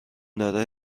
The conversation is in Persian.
داره